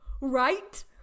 Right